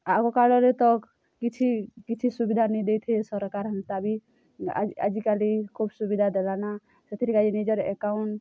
ଆଗ କାଳରେ ତ କିଛି କିଛି ସୁବିଧା ନେଇଁ ଦେଇଥାଇ ସର୍କାର୍ ହେନ୍ତାବି ଆଜି ଆଜିକାଲି ଖୋବ୍ ସୁବିଧା ଦେଲାନା ସେଥିର୍ କାଜି ନିଜର୍ ଏକାଉଣ୍ଟ୍